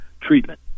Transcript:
treatment